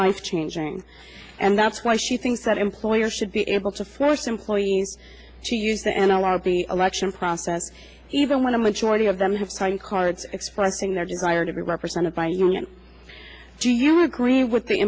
life changing and that's why she thinks that employers should be able to force employees she used and a lot of the election process even went to majority of them have credit cards expressing their desire to be represented by do you agree with the